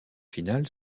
final